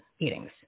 meetings